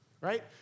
right